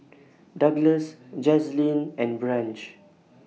Douglas Jazlene and Branch